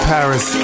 Paris